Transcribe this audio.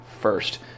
first